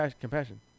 compassion